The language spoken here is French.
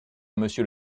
monsieur